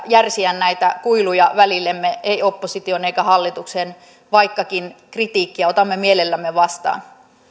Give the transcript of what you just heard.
järsiä näitä kuiluja välillemme ei opposition eikä hallituksen vaikkakin kritiikkiä otamme mielellämme vastaan